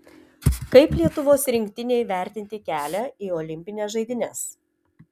kaip lietuvos rinktinei vertinti kelią į olimpines žaidynes